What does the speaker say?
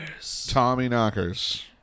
Tommyknockers